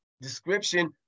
description